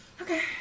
Okay